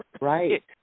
Right